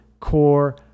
core